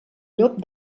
llop